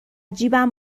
جیبم